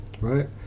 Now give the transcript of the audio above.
right